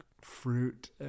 fruit